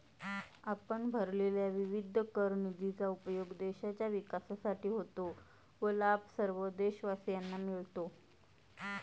आपण भरलेल्या विविध कर निधीचा उपयोग देशाच्या विकासासाठी होतो व लाभ सर्व देशवासियांना मिळतो